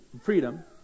freedom